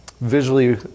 visually